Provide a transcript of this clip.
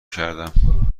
کردم